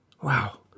Wow